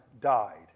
died